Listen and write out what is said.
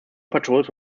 patrols